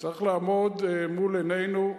צריכות לעמוד מול עינינו,